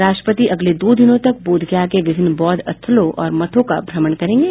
राष्ट्रपति अगले दो दिनों तक बोधगया के विभिन्न बौद्ध स्थलों एवं मठों का भ्रमण करेंगे